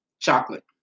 Chocolate